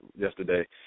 yesterday